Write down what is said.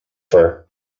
for